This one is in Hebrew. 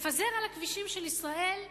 תפזר על הכבישים של ישראל,